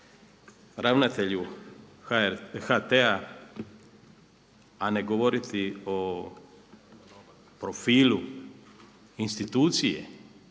ravnatelju HRT-a a ne govoriti o profilu institucije